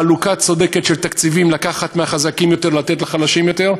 חלוקה צודקת של תקציבים: לקחת מהחזקים יותר ולתת לחלשים יותר.